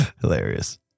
Hilarious